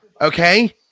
okay